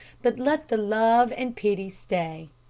but let the love and pity stay.